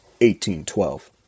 1812